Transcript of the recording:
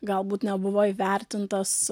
galbūt nebuvo įvertintas